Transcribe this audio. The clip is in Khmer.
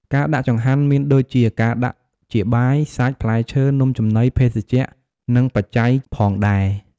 ការដាក់ចង្ហាន់មានដូចជាការដាក់ជាបាយ សាច់ ផ្លែឈើ នំចំណី ភេសជ្ជៈ និង បច្ច័យ ផងដែរ។